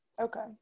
okay